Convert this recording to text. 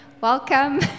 Welcome